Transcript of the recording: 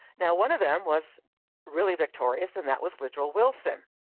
now one of them was really victorious and that was woodrow wilson.